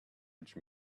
which